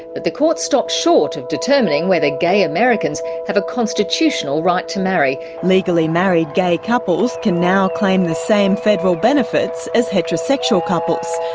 but the court stopped short of determining whether gay americans have a constitutional right to marry. legally married gay couples can now claim the same federal benefits as heterosexual couples.